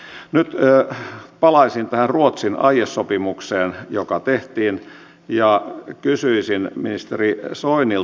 nyt palaisin tähän ruotsin aiesopimukseen joka tehtiin ja kysyisin ministeri soinilta